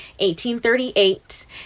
1838